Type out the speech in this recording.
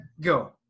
go